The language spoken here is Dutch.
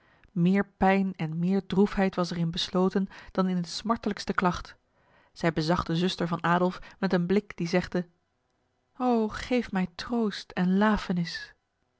meer pijn en meer droefheid was erin besloten dan in de smartelijkste klacht zij bezag de zuster van adolf met een blik die zegde o geef mij troost en lafenis